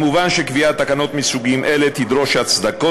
מובן שקביעת תקנות מסוגים אלה תדרוש הצדקות